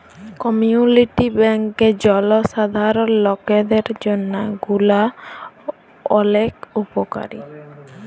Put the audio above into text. community bank জলসাধারল লকদের জন্হে গুলা ওলেক উপকারী